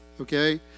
Okay